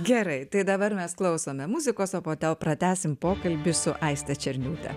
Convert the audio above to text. gerai tai dabar mes klausome muzikos o po to pratęsime pokalbį su aiste černiūte